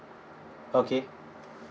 okay